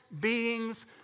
beings